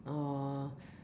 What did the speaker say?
or